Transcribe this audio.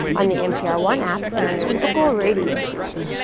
on the npr one app and on your local radio station,